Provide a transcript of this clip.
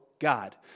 God